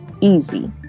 easy